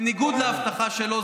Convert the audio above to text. בניגוד להבטחה שלו,